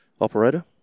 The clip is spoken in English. operator